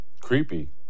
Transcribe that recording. Creepy